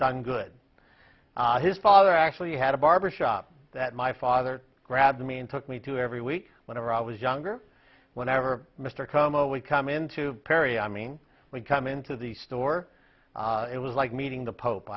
done good his father actually had a barber shop that my father grabbed me and took me to every week whenever i was younger whenever mr como we come in to perry i mean we come into the store it was like meeting the pope